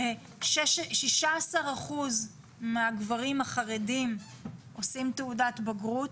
ש- 16% מהגברים החרדים עושים תעודת בגרות,